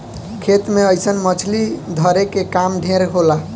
खेत मे अइसन मछली धरे के काम ढेर होला